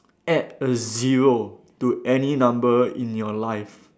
add a zero to any number in your life